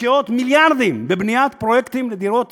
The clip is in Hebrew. משקיעות מיליארדים בבניית פרויקטים לדירות